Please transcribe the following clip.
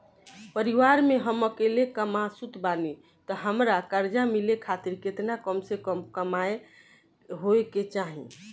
परिवार में हम अकेले कमासुत बानी त हमरा कर्जा मिले खातिर केतना कम से कम कमाई होए के चाही?